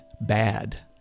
bad